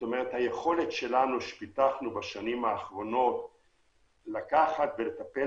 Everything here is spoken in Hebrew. כלומר היכולת שפיתחנו בשנים האחרונות לטפל